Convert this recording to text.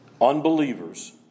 unbelievers